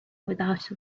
without